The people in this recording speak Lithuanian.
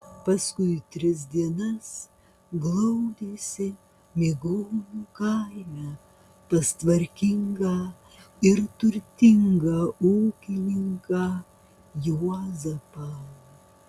paskui tris dienas glaudėsi migonių kaime pas tvarkingą ir turtingą ūkininką juozapą